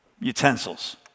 utensils